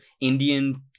Indian